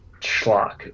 schlock